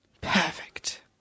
Perfect